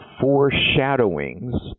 foreshadowings